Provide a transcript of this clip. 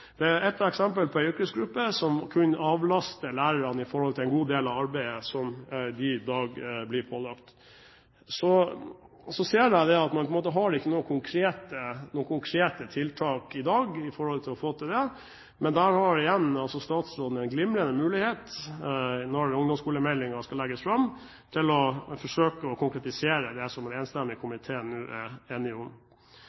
som kunne avlastet lærerne for en god del arbeid som de i dag blir pålagt. Så ser jeg at man ikke har noen konkrete tiltak i dag for å få til det, men der har igjen statsråden en glimrende mulighet når ungdomsskolemeldingen skal legges fram, til å forsøke å konkretisere det som en enstemmig